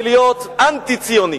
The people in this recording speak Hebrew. זה להיות אנטי-ציוני.